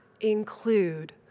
include